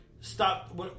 stop